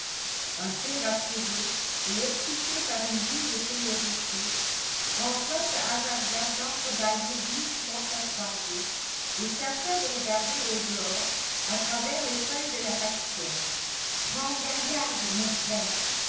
un peu rassuré et excité par une vive curiosité françois se hasarda d'entrebâiller doucement sa croisée et tâcha de regarder au-dehors à travers les feuilles de la persienne prends bien garde mon frère